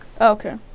Okay